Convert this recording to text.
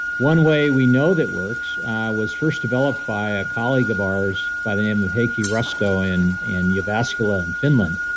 one way we know that works was first developed by a colleague of ours by the name of and heikki rusko in and jyvaskyla in finland.